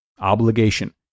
Obligation